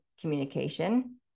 communication